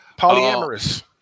Polyamorous